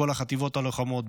בכל החטיבות הלוחמות,